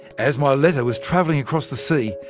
as my letter was travelling across the sea,